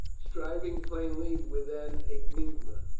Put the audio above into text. striving plainly with an enigma.